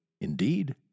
indeed